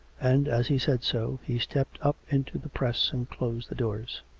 and, as he said so, he stepped up into the press and closed the doors.